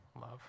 love